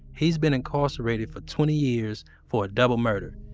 he's been incarcerated for twenty years for a double murder.